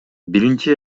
биринчи